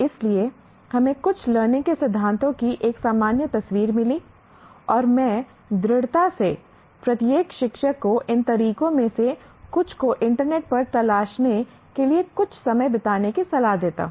इसलिए हमें कुछ लर्निंग के सिद्धांतों की एक सामान्य तस्वीर मिली और मैं दृढ़ता से प्रत्येक शिक्षक को इन तरीकों में से कुछ को इंटरनेट पर तलाशने के लिए कुछ समय बिताने की सलाह देता हूं